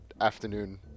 afternoon